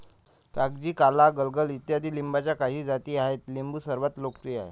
कागजी, काला, गलगल इत्यादी लिंबाच्या काही जाती आहेत लिंबू सर्वात लोकप्रिय आहे